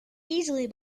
easily